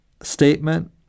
Statement